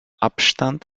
abstand